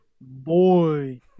Boy